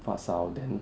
发烧 then